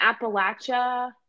Appalachia